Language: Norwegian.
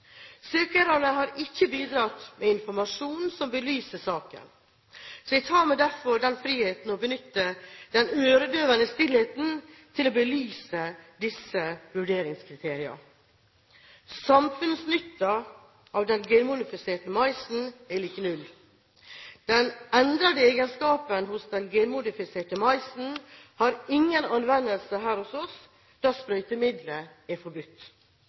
Søkerne har ikke bidratt med informasjon som belyser saken. Jeg tar meg derfor den frihet å benytte den øredøvende stillheten til å belyse disse vurderingskriteriene. Samfunnsnytten av den genmodifiserte maisen er lik null. Den endrede egenskapen hos den genmodifiserte maisen har ingen anvendelse her hos oss, da sprøytemiddelet er forbudt. Økt bruk av skadelige sprøytemidler er